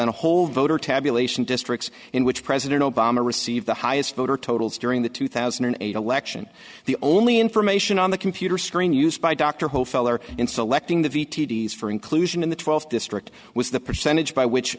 on a whole voter tabulation districts in which president obama received the highest voter totals during the two thousand and eight election the only information on the computer screen used by dr who fell are in selecting the v t s for inclusion in the twelfth district was the percentage by which